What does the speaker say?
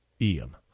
Ian